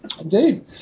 Indeed